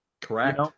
Correct